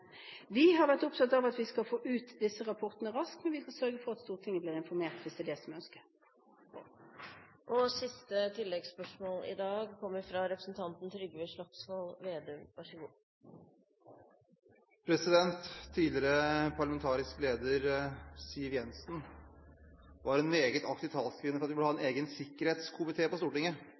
Vi har vært opptatt av at vi skal få ut disse rapportene raskt, men vi skal sørge for at Stortinget blir informert hvis det er det som er ønsket. Trygve Slagsvold Vedum – til siste oppfølgingsspørsmål. Tidligere parlamentarisk leder Siv Jensen var en meget aktiv talskvinne for at vi burde ha en egen sikkerhetskomité på Stortinget.